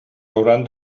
hauran